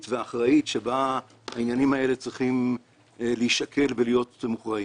והאחראית שבה העניינים הללו צריכים להישקל ולהיות מוכרעים.